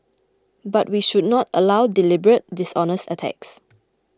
but we should not allow deliberate dishonest attacks